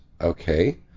Okay